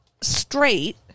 Straight